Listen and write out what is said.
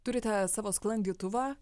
turite savo sklandytuvą